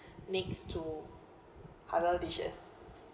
next to halal dishes